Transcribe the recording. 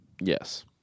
Yes